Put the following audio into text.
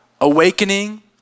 awakening